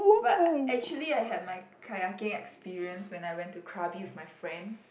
but actually I had my kayaking experience when I went to Krabi with my friends